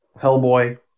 Hellboy